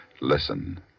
Listen